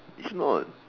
it's not